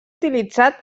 utilitzat